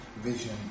vision